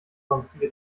sonstige